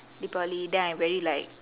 deepavali then I very like